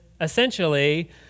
essentially